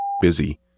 busy